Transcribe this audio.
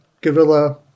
guerrilla